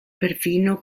perfino